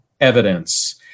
evidence